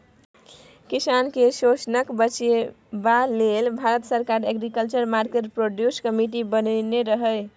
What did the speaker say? किसान केँ शोषणसँ बचेबा लेल भारत सरकार एग्रीकल्चर मार्केट प्रोड्यूस कमिटी बनेने रहय